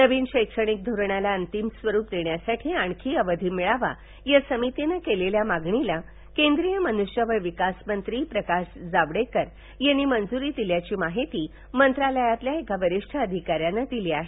नवीन शैक्षणिक धोरणाला अंतिम स्वरूप देण्यासाठी आणखी अवधी मिळावा या समितीनं केलेल्या मागणीला केंद्रीय मनुष्यवळ विकास मंत्री प्रकाश जावडेकर यांनी मंजुरी दिल्याची माहिती मंत्रालयातील एका वरिष्ठ अधिका यांनं दिली आहे